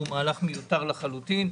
שהוא מהלך מיותר לחלוטין.